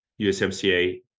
USMCA